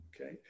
okay